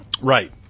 Right